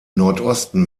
nordosten